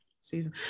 season